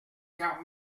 car